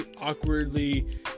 awkwardly